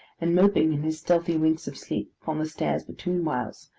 and moping in his stealthy winks of sleep upon the stairs betweenwhiles,